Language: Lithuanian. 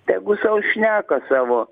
tegu sau šneka savo